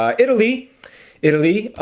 ah italy italy